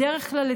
בדרך כלל,